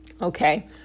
okay